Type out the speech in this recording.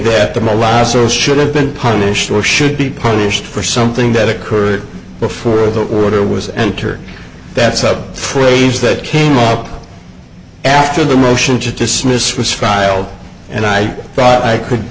that the molasses should have been punished or should be punished for something that occurred before the order was entered that's up for a change that came up after the motion to dismiss was filed and i thought i could